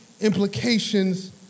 implications